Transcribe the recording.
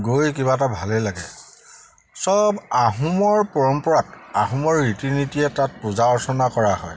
গৈ কিবা এটা ভালেই লাগে চব আহোমৰ পৰম্পৰা আহোমৰ ৰীতি নীতিয়ে তাত পূজা অৰ্চনা কৰা হয়